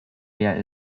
leer